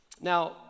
Now